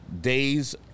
days